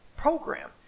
program